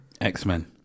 X-Men